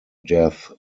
death